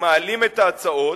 שמעלים את ההצעות?